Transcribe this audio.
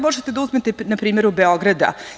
Možete da uzmete primer Beograda.